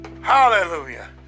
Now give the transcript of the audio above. Hallelujah